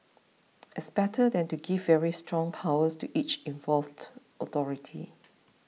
it's better than to give very strong powers to each involved authority